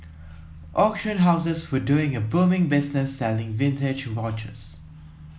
auction houses were doing a booming business selling vintage watches